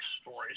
stories